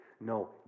No